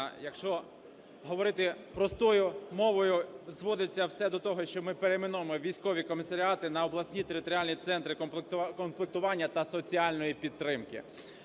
Якщо говорити простою мовою, зводиться все до того, що ми перейменовуємо військові комісаріати на обласні територіальні центри комплектування та соціальної підтримки.